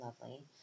lovely